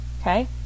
Okay